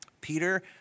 Peter